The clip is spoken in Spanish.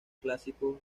clásicos